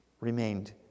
remained